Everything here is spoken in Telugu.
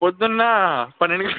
ప్రొద్దున పన్నెండు